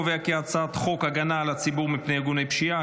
הצעת חוק הגנה על הציבור מפני ארגוני פשיעה,